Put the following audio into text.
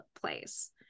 place